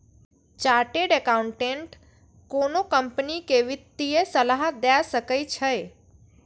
chartered accountant कोनो company कें वित्तीय सलाह दए सकै छै